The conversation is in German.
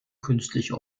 künstliche